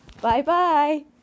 Bye-bye